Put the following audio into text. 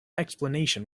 explanation